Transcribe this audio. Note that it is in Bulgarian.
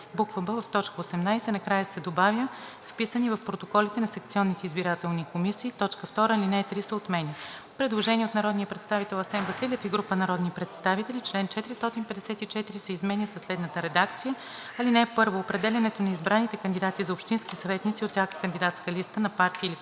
б) в т. 18 накрая се добавя „вписани в протоколите на секционните избирателни комисии“. 2. Алинея 3 се отменя.“ Предложение от народния представител Асен Василев и група народни представители: Чл. 454 се изменя със следната редакция: „(1) Определянето на избраните кандидати за общински съветници от всяка кандидатска листа на партия или коалиция